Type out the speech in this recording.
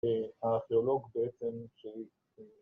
‫שהארכיאולוג בעצם...